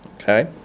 Okay